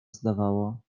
zdawało